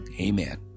amen